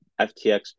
FTX